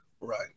Right